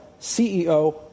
CEO